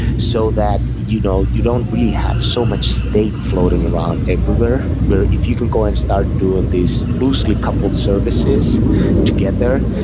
so that you know you don't really have so much state flowing around everywhere, where if you can go and start doing these loosely coupled services to get there,